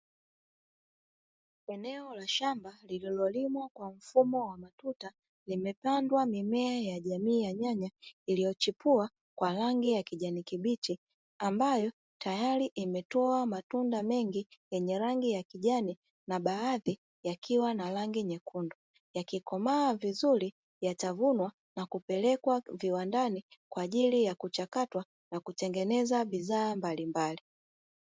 Eneo la shamba lililolimwa kwa mfumo wa matuta limepandwa mimea ya jamii ya nyanya iliochipua kwa rangi ya kijani kibichi, ambayo tayari imetoa matunda mengi yenye rangi ya kijani na baadhi yakiwa na rangi nyekundu yakikomaa vizuri yatavunwa na kupelekwa viwandani kwa ajili ya kuchakatwa na kutengeneza bidhaa mbalimbali.